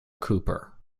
cooper